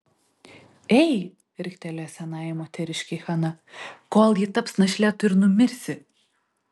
ei riktelėjo senajai moteriškei hana kol ji taps našle tu ir numirsi